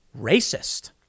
racist